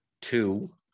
two